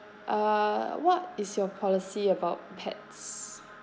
uh what is your policy about pets